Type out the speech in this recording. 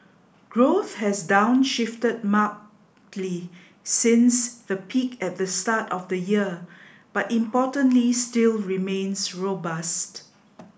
growth has downshifted since the peak at the start of the year but importantly still remains robust